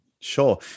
Sure